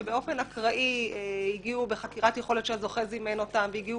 שבאופן אקראי הגיעו בחקירת יכולת שהזוכה זימן אותם והגיעו